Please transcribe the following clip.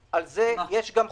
על זה יש גם חובות.